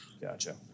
Gotcha